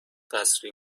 قصری